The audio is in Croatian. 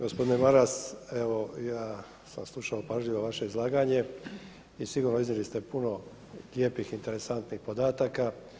Gospodine Maras, evo ja sam slušao pažljivo vaše izlaganje i sigurno iznijeli ste puno lijepih, interesantnih podataka.